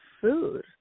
food